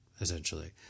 essentially